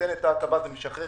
ניתנת ההטבה, זה משחרר